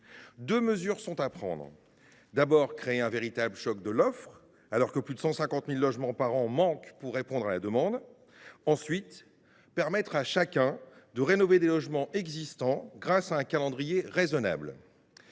Deux mesures sont à prendre. D’abord, créer un véritable choc de l’offre, alors que plus de 150 000 logements par an manquent pour répondre à la demande. Ensuite, permettre à chacun de rénover des logements existants grâce à un calendrier raisonnable.